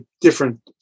different